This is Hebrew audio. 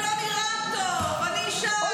זה לא נראה טוב, אני אישה,